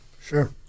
Sure